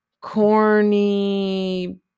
corny